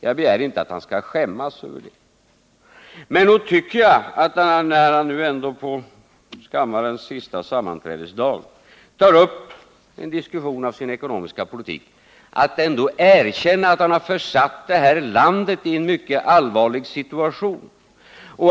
Jag begär inte att han skall skämmas över det. Men nog borde han, när han nu på kammarens sista sammanträdesdag tar upp en diskussion om sin ekonomiska politik, kunna erkänna att han har försatt detta land i en mycket besvärlig situation.